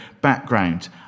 background